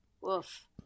woof